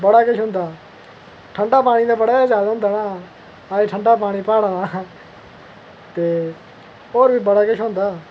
बड़ा किश होंदा ठंडा पानी बड़े जादा होंदा न आखदे ठंडा पानी ते बड़ा गै ज्यादा होंदा प्हाड़ा दा ते होर बी बड़ा किश होंदा